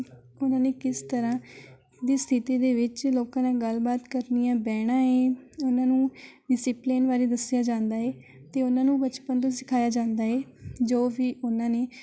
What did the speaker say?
ਉਨ੍ਹਾਂ ਨੇ ਕਿਸ ਤਰ੍ਹਾਂ ਦੀ ਸਥਿਤੀ ਦੇ ਵਿੱਚ ਲੋਕਾਂ ਨਾਲ ਗੱਲਬਾਤ ਕਰਨੀ ਹੈ ਬਹਿਣਾ ਹੈ ਉਨ੍ਹਾਂ ਨੂੰ ਡਿਸਿਪਲਨ ਬਾਰੇ ਦੱਸਿਆ ਜਾਂਦਾ ਹੈ ਅਤੇ ਉਨ੍ਹਾਂ ਨੂੰ ਬਚਪਨ ਤੋਂ ਸਿਖਾਇਆ ਜਾਂਦਾ ਹੈ ਜੋ ਵੀ ਉਨ੍ਹਾਂ ਨੇ